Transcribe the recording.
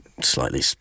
slightly